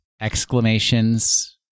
exclamations